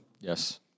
Yes